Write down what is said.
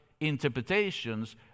interpretations